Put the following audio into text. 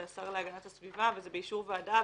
זה השר להגנת הסביבה וזה באישור ועדה,